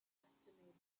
questionable